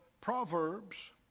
Proverbs